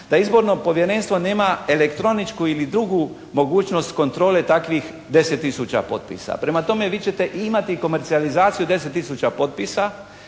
da Izborno povjerenstvo nema elektroničku ili drugu mogućnost kontrole takvih 10 tisuća potpisa. Prema tome, vi ćete imati komercijalizaciju 10 tisuća potpisa.